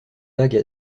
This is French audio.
vague